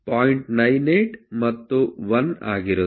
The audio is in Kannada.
98 ಮತ್ತು 1 ಆಗಿರುತ್ತದೆ